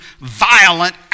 violent